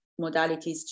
modalities